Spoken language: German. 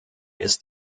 ist